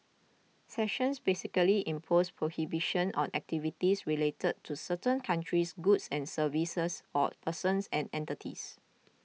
sanctions basically impose prohibitions on activities relating to certain countries goods and services or persons and entities